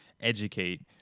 educate